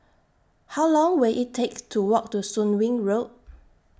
How Long Will IT Take to Walk to Soon Wing Road